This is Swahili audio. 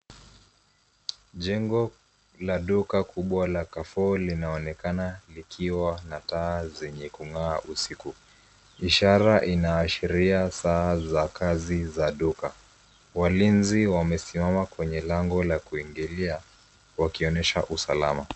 Jengo la duka kubwa la carrefour linaonekana, likiwa na taa zenye kungaa usiku. Ishara inaashiria saa za kazi za duka .Walinzi wamesimama kwenye lango la kuingilia, wakionesha usalama.